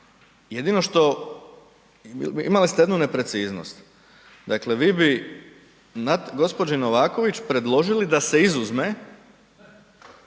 Jedino što, imali ste jednu nepreciznost. Dakle, vi bi gđi. Novaković predložili da se izuzme